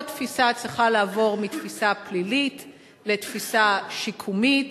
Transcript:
כל התפיסה צריכה לעבור מתפיסה פלילית לתפיסה שיקומית.